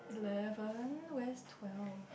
eleven where is twelve